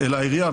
אלא העירייה,